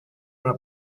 una